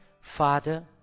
Father